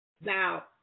now